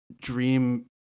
dream